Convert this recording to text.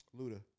Luda